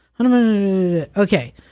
Okay